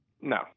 No